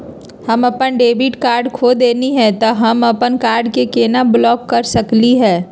हम अपन debit card खो दे ही, त हम अप्पन कार्ड के केना ब्लॉक कर सकली हे?